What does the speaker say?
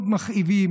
מאוד מכאיבים,